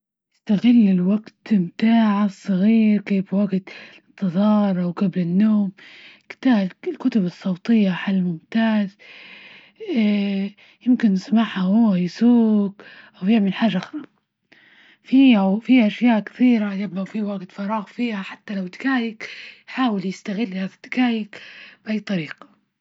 إستغل الوقت بتاعة الصغير، كيف وقت الإنتظار؟ أو قبل النوم الكتاب-الكتب الصوتية حل ممتاز يمكن يسمعها وهو يسوق، أو يعمل حاجة أخرى في-في أشياء كثيرة يبقي في وقت فراغ فيها حتى لو حاول يستغلها في دجايج بأي طريقة.